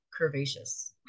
curvaceous